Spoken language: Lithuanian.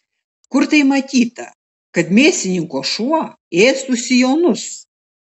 kur tai matyta kad mėsininko šuo ėstų sijonus